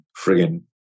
friggin